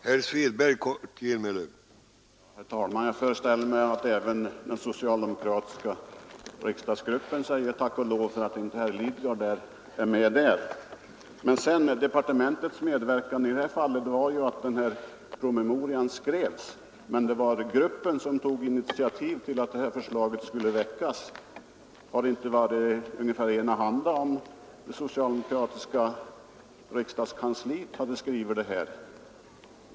Herr talman! Jag föreställer mig att även den socialdemokratiska riksdagsgruppen säger tack och lov för att inte herr Lidgard är med där. Departementets medverkan i detta fall var att promemorian skrevs. Men det var gruppen som tog initiativ till att detta förslag skulle väckas. Hade det inte varit enahanda om det socialdemokratiska riksdagskansliet skrivit promemorian?